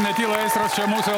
netyla aistros čia mūsų